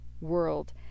world